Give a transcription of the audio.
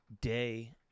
day